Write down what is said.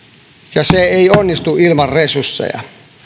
ja se ei onnistu ilman resursseja